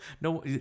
no